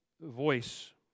voice